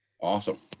awesome.